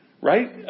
Right